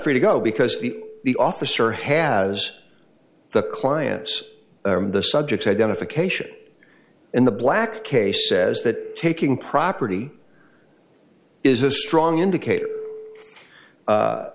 free to go because the the officer has the clients the subject identification in the black case says that taking property is a strong indicat